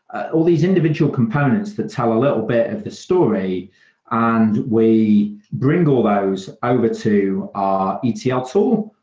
ah all these individual components that tell a little bit of the story and we bring all those over to our etl yeah ah tool,